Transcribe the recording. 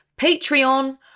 Patreon